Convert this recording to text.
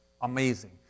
Amazing